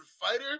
fighter